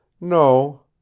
No